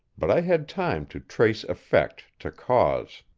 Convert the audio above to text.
but i had time to trace effect to cause.